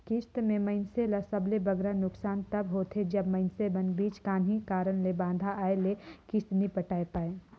किस्त में मइनसे ल सबले बगरा नोसकान तब होथे जब मइनसे बीच में काहीं कारन ले बांधा आए ले किस्त नी पटाए पाए